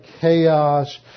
chaos